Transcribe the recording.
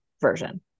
version